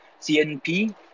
CNP